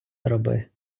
роби